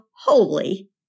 holy